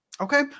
Okay